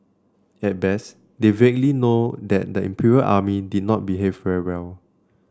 at best they vaguely know that the Imperial Army did not behave very well